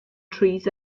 trees